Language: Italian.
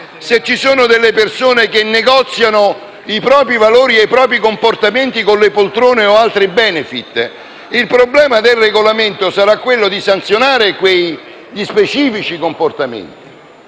se ci sono persone che negoziano i propri valori e i propri comportamenti con le poltrone o altri *benefit*, il problema del Regolamento sarà quello di sanzionare quegli specifici comportamenti.